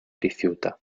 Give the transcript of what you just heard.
rifiuta